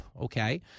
okay